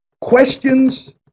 Questions